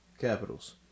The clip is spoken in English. Capitals